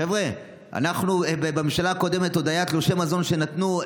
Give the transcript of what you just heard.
חבר'ה, בממשלה הקודמת עוד היו תלושי מזון שנתנו.